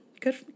good